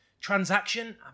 transaction